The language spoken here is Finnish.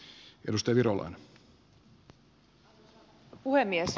arvoisa puhemies